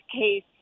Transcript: case